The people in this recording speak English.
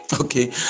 Okay